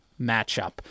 matchup